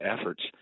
efforts